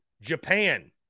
Japan